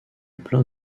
plein